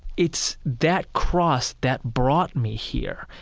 it's that cross that brought me here.